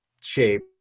shape